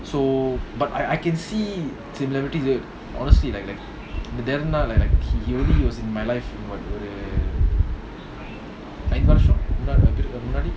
so but I I can see similarities between honestly like like like like he only he was in my life ஒருரெண்டுவருஷம்:oru rendu varusham